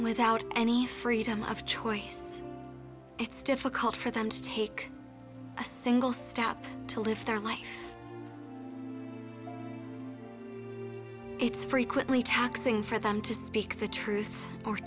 without any freedom of choice it's difficult for them to take a single step to lift their life it's frequently taxing for them to speak the truth or